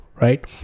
right